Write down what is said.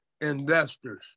investors